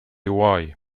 vuoi